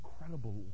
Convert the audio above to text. incredible